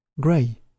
grey